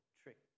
trick